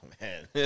man